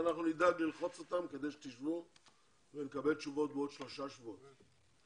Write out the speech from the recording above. אנחנו נדאג ללחוץ אותם כדי שתשבו ונקבל תשובות שלושה שבועות.